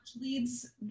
leads